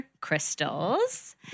crystals